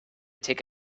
take